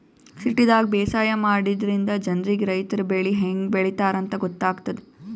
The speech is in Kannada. ಸಿಟಿದಾಗ್ ಬೇಸಾಯ ಮಾಡದ್ರಿನ್ದ ಜನ್ರಿಗ್ ರೈತರ್ ಬೆಳಿ ಹೆಂಗ್ ಬೆಳಿತಾರ್ ಅಂತ್ ಗೊತ್ತಾಗ್ತದ್